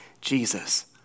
Jesus